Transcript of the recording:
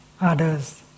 others